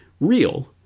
real